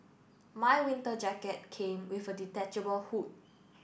my winter jacket came with a detachable hood